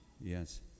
Yes